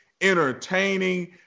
entertaining